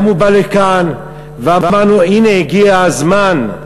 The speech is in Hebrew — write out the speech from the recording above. הוא בא לכאן ואמרנו שהנה הגיע הזמן,